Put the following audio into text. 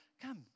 come